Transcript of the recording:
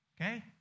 Okay